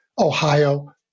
Ohio